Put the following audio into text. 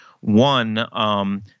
one